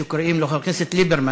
שקוראים לו חבר כנסת ליברמן,